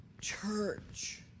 Church